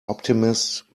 optimist